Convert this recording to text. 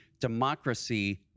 democracy